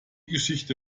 geschichte